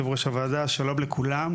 אני רוצה להעביר את זכות הדיבור לאבי בנבנישתי.